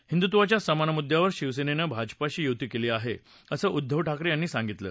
हिंदुत्वाच्या समान मुद्यावर शिवसेनेनं भाजपाशी युती केली आहे असं उद्दव ठाकरे यांनी सांगितलं